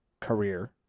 career